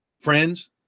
Friends